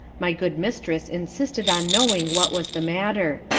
my good mistress insisted on knowing what was the matter.